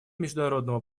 международного